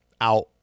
out